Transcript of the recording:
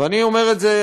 ואני אומר את זה,